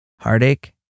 heartache